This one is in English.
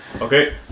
okay